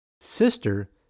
sister